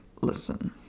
listen